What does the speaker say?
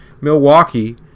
Milwaukee